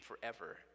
forever